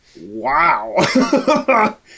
Wow